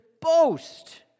boast